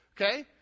Okay